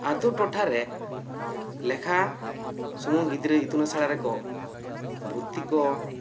ᱟᱛᱳ ᱴᱚᱴᱷᱟ ᱨᱮ ᱞᱮᱠᱷᱟ ᱥᱩᱢᱩᱝ ᱜᱤᱫᱽᱨᱟᱹ ᱤᱛᱩᱱ ᱟᱥᱲᱟ ᱨᱮ ᱠᱚ ᱵᱷᱩᱨᱛᱤ ᱠᱚ